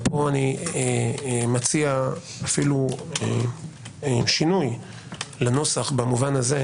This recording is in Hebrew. ופה אני מציע אפילו שינוי לנוסח במובן הזה,